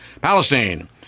Palestine